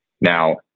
Now